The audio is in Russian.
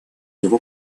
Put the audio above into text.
его